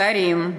שרים,